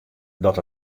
dat